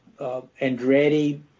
andretti